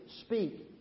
speak